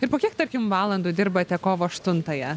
ir po kiek tarkim valandų dirbate kovo aštuntąją